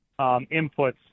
inputs